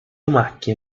macchie